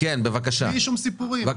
בלי שום סיפורים.